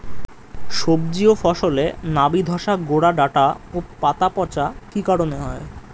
সবজি ও ফসলে নাবি ধসা গোরা ডাঁটা ও পাতা পচা কি কারণে হয়?